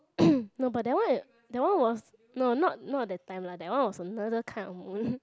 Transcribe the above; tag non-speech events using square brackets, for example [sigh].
[coughs] no but that one that one was no not not that time lah that one was another kind of moon